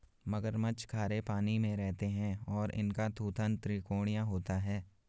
मगरमच्छ खारे पानी में रहते हैं और इनका थूथन त्रिकोणीय होता है